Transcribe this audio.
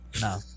No